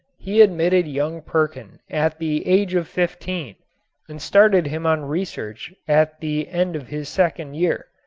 he admitted young perkin at the age of fifteen and started him on research at the end of his second year.